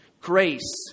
grace